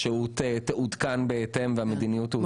השהות תעודכן בהתאם והמדיניות תעודכן.